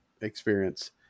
experience